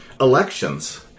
Elections